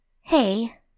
Hey